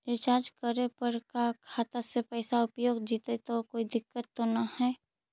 Recharge करे पर का खाता से पैसा उपयुक्त जितै तो कोई दिक्कत तो ना है?